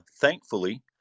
thankfully